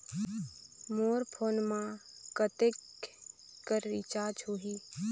मोर phone मा कतेक कर रिचार्ज हो ही?